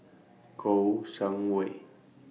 Kouo Shang Wei